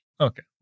okay